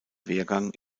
wehrgang